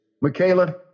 Michaela